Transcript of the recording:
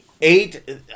Eight